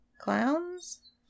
Clowns